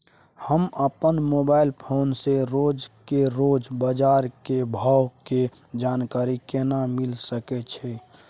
हम अपन mobile phone से रोज के रोज बाजार के भाव के जानकारी केना मिल सके छै?